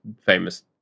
famous